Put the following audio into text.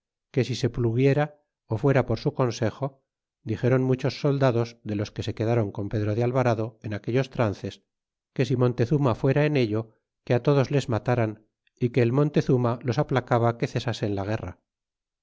que si se pluguiera ó fuera par su consejo dixéron muchos soldados de los que se quedaron con pedro de alvarado en aquellos trances que si montezuma fuera en ello que todos les mataran y que el montezuma los aplacaba que cesasen la guerra